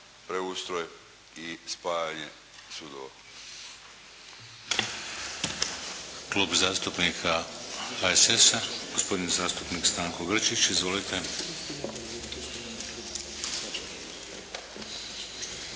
preustroj i spajanje sudova.